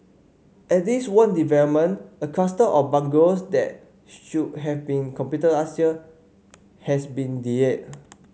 at least one development a cluster of bungalows that should have been completed last year has been delayed